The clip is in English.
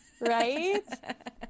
right